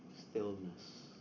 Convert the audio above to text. stillness